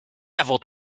devil